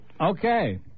Okay